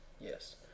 Yes